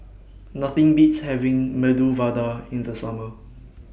Nothing Beats having Medu Vada in The Summer